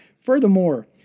Furthermore